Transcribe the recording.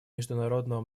международного